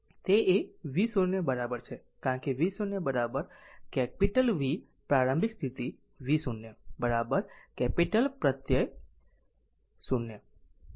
તેથી તે એ v 0 બરાબર છે કારણ કે v 0 કેપિટલ v પ્રારંભિક સ્થિતિ v 0 કેપિટલ v પ્રત્યય 0 છે